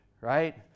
right